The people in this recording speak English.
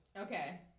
Okay